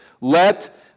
Let